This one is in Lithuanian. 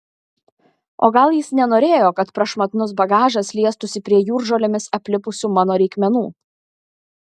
o gal jis nenorėjo kad prašmatnus bagažas liestųsi prie jūržolėmis aplipusių mano reikmenų